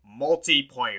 Multiplayer